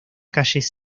calles